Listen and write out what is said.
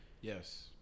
Yes